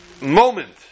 moment